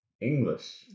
English